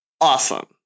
awesome